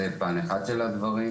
זה פן אחד של הדברים.